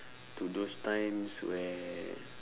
to those times where